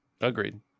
agreed